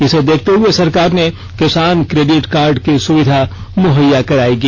इसे देखते हए सरकार ने किसान क्रेडिट कार्ड की सुविधा मुहैया कराएगी